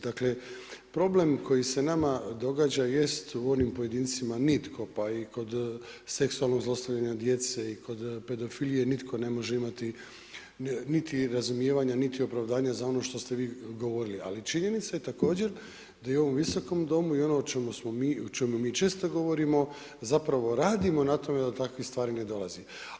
Dakle problem koji se nama događa jest u onim pojedincima nitko pa i kod seksualnog zlostavljanja djece i kod pedofilije, nitko ne može imati niti razumijevanja, niti opravdanja za ono što ste vi govorili, ali činjenica je također da u ovom Visokom domu i ono o čemu mi često govorimo, zapravo radimo na tome da do takvih stvari ne dolazi.